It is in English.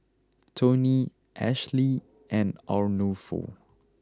Toney Ashleigh and Arnulfo